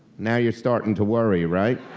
now you're starting to worry, right?